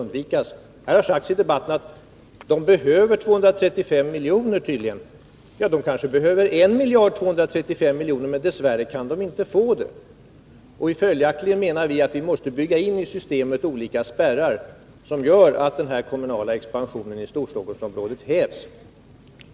Det har i debatten sagts att dessa kommuner tydligen behöver 235 milj.kr. Ja, de kanske behöver 1 miljard 235 milj.kr., men det kan de dess värre inte få. Följaktligen, menar vi, måste det i systemet byggas in olika spärrar som gör att den kommunala expansionen i Storstockholmsområdet hävs.